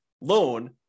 loan